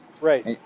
Right